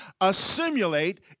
assimilate